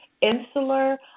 insular